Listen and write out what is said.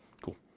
Cool